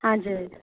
हजुर